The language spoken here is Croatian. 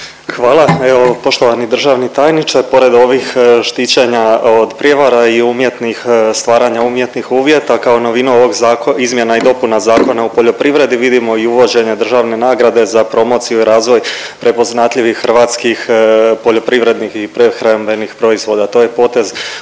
Hvala. Evo poštovani državni tajniče, pored ovih štićenja od prijevara i umjetnih, stvaranja umjetnih uvjeta kao novinu ovog zakona izmjena i dopuna Zakona u poljoprivredi vidimo i uvođenje državne nagrade za promociju i razvoj prepoznatljivih hrvatskih poljoprivrednih i prehrambenih proizvoda. To je potez